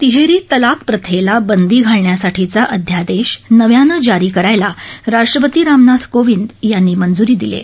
तिहेरी तलाक प्रथेला बद्धीघालण्यासाठीचा अध्यादेश नव्यानज्ञारी करायला राष्ट्रपती रामनाथ कोविधिघासी मज्जूरी दिली आहे